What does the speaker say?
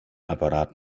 apparat